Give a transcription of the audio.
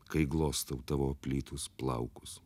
kai glostau tavo aplytus plaukus